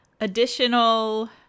additional